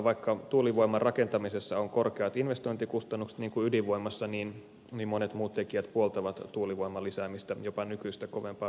vaikka tuulivoiman rakentamisessa on korkeat investointikustannukset niin kuin ydinvoimassa niin monet muut tekijät puoltavat tuulivoiman lisäämistä jopa nykyistä kovempaa tahtia